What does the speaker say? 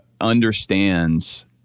understands